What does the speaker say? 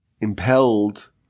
impelled